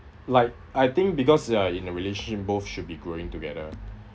like I think because uh in a relationship both should be growing together